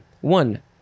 One